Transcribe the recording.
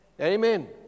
Amen